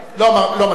לא.